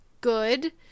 good